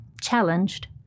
challenged